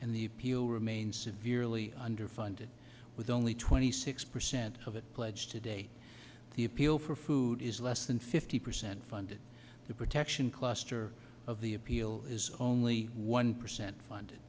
and the appeal remains severely underfunded with only twenty six percent of it pledged today the appeal for food is less than fifty percent funded the protection cluster of the appeal is only one percent funded